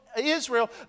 Israel